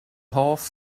hoff